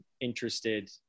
interested